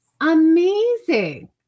Amazing